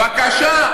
בבקשה.